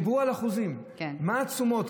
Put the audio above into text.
דיברו על אחוזים, מה התשומות?